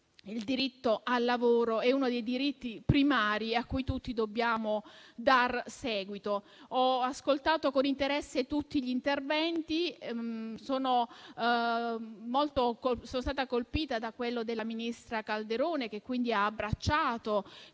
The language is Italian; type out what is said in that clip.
Il diritto al lavoro è uno dei diritti primari, a cui tutti dobbiamo dar seguito. Ho ascoltato con interesse tutti gli interventi e sono stata colpita da quello della ministra Calderone, che ha abbracciato